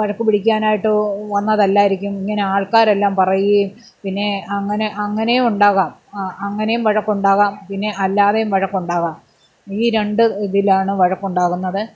വഴക്കു പിടിക്കാനായിട്ട് വന്നതല്ലായിരിക്കും ഇങ്ങനെ ആൾക്കാരെല്ലാം പറയുകയും പിന്നെ അങ്ങനെ അങ്ങനെയും ഉണ്ടാകാം അങ്ങനെയും വഴക്കുണ്ടാകാം പിന്നെ അല്ലാതെയും വഴക്കുണ്ടാകാം ഈ രണ്ട് ഇതിലാണ് വഴക്കുണ്ടാകുന്നത്